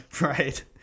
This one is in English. Right